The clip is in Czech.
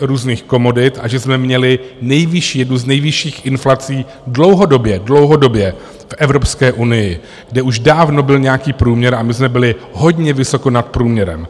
různých komodit a že jsme měli nejvyšší, jednu z nejvyšších inflací dlouhodobě, dlouhodobě v Evropské unii, kde už dávno byl nějaký průměr a my jsme byli hodně vysoko nad průměrem.